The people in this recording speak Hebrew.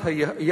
זאת גם זכותך,